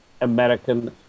American